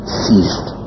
ceased